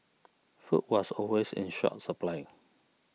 food was always in short supply